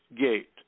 gate